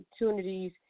opportunities